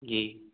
जी